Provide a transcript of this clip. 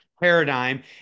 paradigm